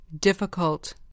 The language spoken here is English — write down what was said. Difficult